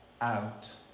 out